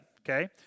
Okay